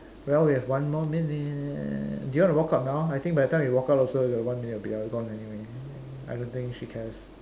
well we have one more minute do you want to walk out now I think by the time we walk out also the one minute will be gone anyway I don't think she cares